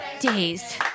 days